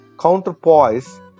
counterpoise